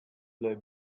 fly